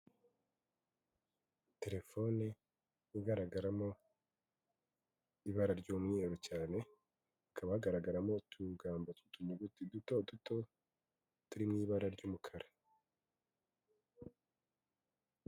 Telefoni igaragaramo ibara ry'umweru cyane, hskaba hagaragaramo utugambo tw'utunyuguti duto duto, turi mu ibara ry'umukara.